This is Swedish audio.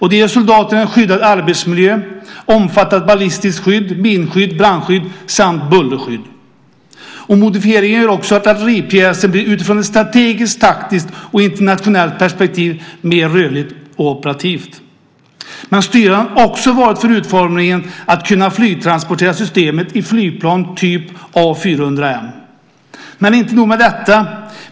Detta ger soldaterna en skyddad arbetsmiljö, ett omfattande ballistiskt skydd, minskydd, brandskydd samt bullerskydd. Modifieringen gör också att artilleripjäsen utifrån ett strategiskt, taktiskt och internationellt perspektiv blir mer rörlig och operativ. Styrande för utformningen har också varit att man ska kunna flygtransportera systemet - i flygplan av typen A400M. Men det är inte nog med detta.